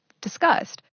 discussed